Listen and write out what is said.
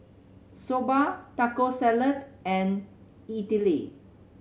Soba Taco Salad and Idili